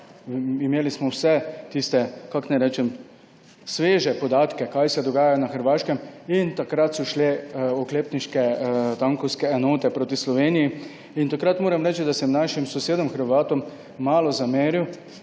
Imeli smo vse tiste – kako naj rečem? – sveže podatke, kaj se dogaja na Hrvaškem. Takrat so šle oklepniške, tankovske enote proti Sloveniji. Takrat, moram reči, sem našim sosedom Hrvatom malo zameril,